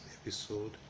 episode